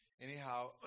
anyhow